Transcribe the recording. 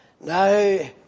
Now